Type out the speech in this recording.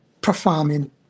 performing